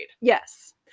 Yes